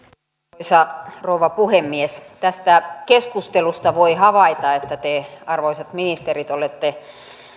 arvoisa rouva puhemies tästä keskustelusta voi havaita että te arvoisat ministerit olette